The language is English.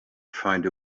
find